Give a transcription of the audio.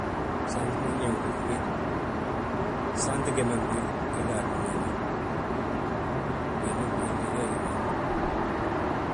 saanti ma ñe húrni de, gsaanti geme ngi wil gee ga a dúniyaa ma, gemin ngi wil gee ga a dúniyaa ma.